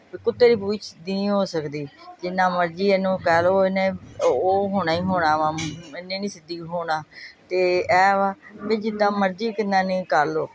ਕੁੱਤੇ ਦੀ ਪੂਛ ਸਿੱਧੀ ਨਹੀਂ ਹੋ ਸਕਦੀ ਜਿੰਨਾ ਮਰਜ਼ੀ ਇਹਨੂੰ ਕਹਿ ਲਓ ਇਹਨੇ ਉਹ ਹੋਣਾ ਹੀ ਹੋਣਾ ਵਾ ਇਹਨੇ ਨਹੀਂ ਸਿੱਧੀ ਹੋਣਾ ਅਤੇ ਇਹ ਵਾ ਵੀ ਜਿੱਦਾਂ ਮਰਜ਼ੀ ਕਿੰਨਾ ਨਹੀਂ ਕਰ ਲਉ